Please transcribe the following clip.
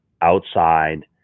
outside